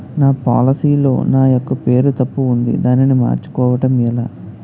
నా పోలసీ లో నా యెక్క పేరు తప్పు ఉంది దానిని మార్చు కోవటం ఎలా?